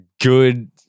good